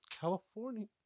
California